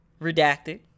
redacted